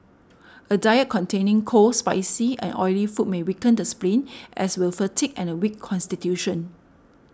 a diet containing cold spicy and oily food may weaken the spleen as will fatigue and a weak constitution